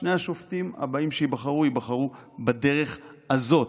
שני השופטים הבאים שייבחרו, ייבחרו בדרך הזאת.